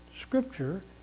scripture